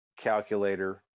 calculator